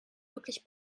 wirklich